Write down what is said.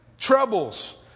troubles